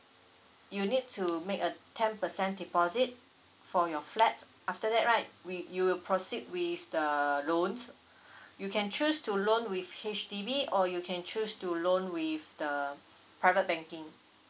you need to make a ten percent deposit for your flat after that right we you will proceed with the loans you can choose to loan with H_D_B or you can choose to loan with the private banking